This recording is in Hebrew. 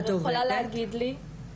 היא יכולה להגיד לי --- את עובדת?